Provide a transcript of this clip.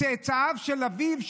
מצאצאיו של אביו,